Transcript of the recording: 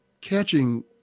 catching